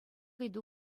ыйту